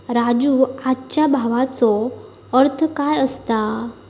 राजू, आजच्या भावाचो अर्थ काय असता?